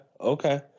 Okay